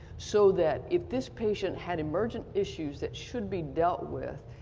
so that if this patient had emergent issues that should be dealt with,